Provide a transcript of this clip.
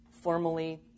formally